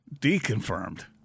Deconfirmed